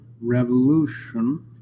revolution